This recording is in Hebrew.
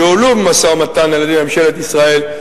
יועלו במשא-ומתן על-ידי ממשלת ישראל.